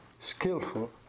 skillful